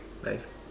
life